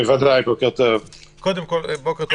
אני אשמח לפרט.